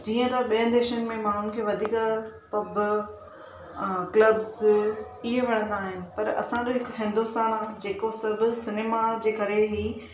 जीअं त ॿियनि देशनि में माण्हू खे वधीक पब क्लबसु इहे वणंदा आहिनि पर असांजो हिकु हिंदुस्तान जेको सभ सिनेमा जे करे ई